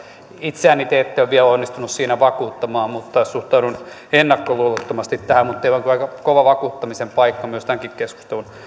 itseäni te ette ole vielä onnistuneet siinä vakuuttamaan mutta suhtaudun ennakkoluulottomasti tähän mutta teillä on kyllä aika kova vakuuttamisen paikka tämänkin keskustelun